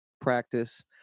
practice